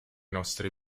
nostri